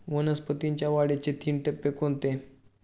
वनस्पतींच्या वाढीचे तीन टप्पे कोणते?